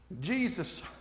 Jesus